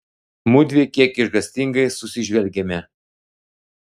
mudvi kiek išgąstingai susižvelgėme